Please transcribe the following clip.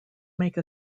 make